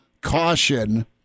caution